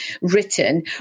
written